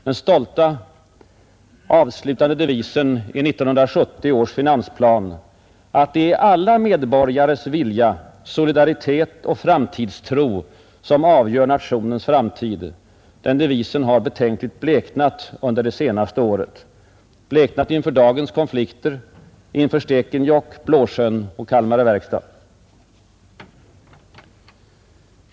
Den stolta avslutande devisen i 1970 års finansplan att det är alla medborgares ”vilja, solidaritet och framtidstro som avgör nationens framtid” har betänkligt bleknat under det senaste året — bleknat inför dagens konflikter, inför Stekenjokk, Blåsjön och Kalmar verkstad.